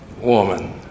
woman